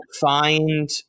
find